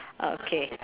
okay